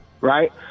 right